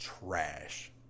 trash